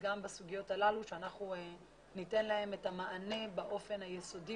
גם בסוגיות הללו שאנחנו ניתן להן את המענה באופן היסודי